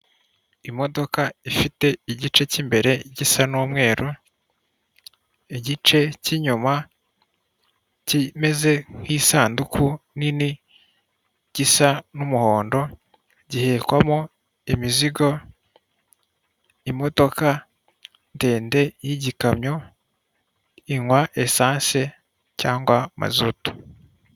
Imodoka ifite igice cy'imbere gisa n'umweru, igice cy'inyuma kimeze nk'isanduku nini. Gisa n'umuhondo gihekwamo imizigo. Imodoka ndende yigikamyo inywa esase cyangwa mazutu.